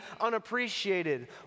unappreciated